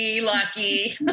lucky